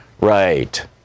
Right